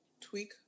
tweak